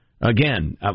Again